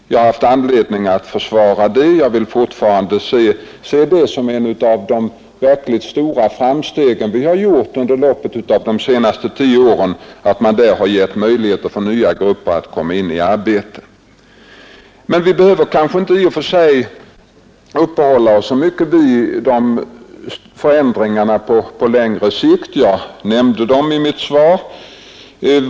Jag har haft anledning att försvara denna verksamhet, och jag vill fortfarande se det som ett av de verkligt stora framsteg vi har gjort under loppet av de senaste tio åren att man här har givit möjligheter för nya grupper att komma in i arbete. Men vi behöver kanske inte i och för sig uppehålla oss så mycket vid förändringarna på längre sikt; jag nämnde dem i mitt svar.